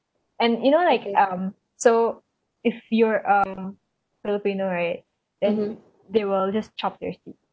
and you know like um so if you're a filipino right then they will just chop your seat